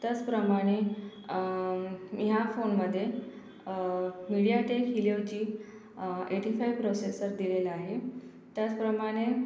त्याचप्रमाणे ह्या फोनमध्ये मीडिया टेन हिलिओची एटी फाइव प्रोसेसर दिलेला आहे त्याचप्रमाणे